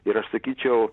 ir aš sakyčiau